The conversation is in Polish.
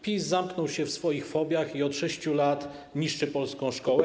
PiS zamknął się w swoich fobiach i od 6 lat niszczy polską szkołę.